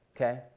okay